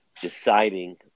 deciding